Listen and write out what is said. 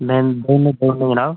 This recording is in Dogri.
लैंदे औन्ने दोनों जनाब